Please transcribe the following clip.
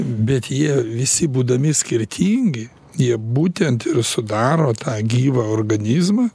bet jie visi būdami skirtingi jie būtent ir sudaro tą gyvą organizmą